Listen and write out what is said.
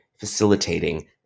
facilitating